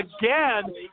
again